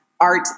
art